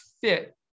fit